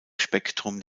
spektrum